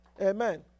Amen